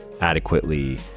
adequately